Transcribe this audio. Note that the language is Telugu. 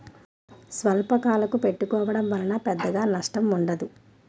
స్వల్పకాలకు పెట్టుకోవడం వలన పెద్దగా నష్టం ఉండదు